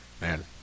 man